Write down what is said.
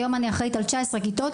היום אני אחראית על 19 כיתות,